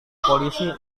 polisi